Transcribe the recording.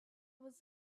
was